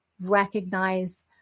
recognize